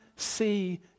see